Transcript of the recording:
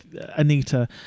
Anita